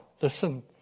listen